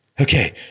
okay